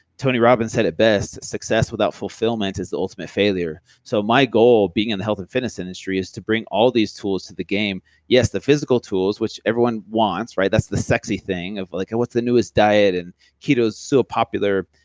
tony robbins said it best, success without fulfillment is the ultimate failure. so my goal being in the health and fitness industry is to bring all these tools to the game. yes, the physical tools, which everyone wants, right, that's the sexy thing of like, and what's the newest diet and keto is so popular.